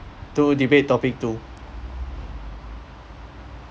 two debate topic two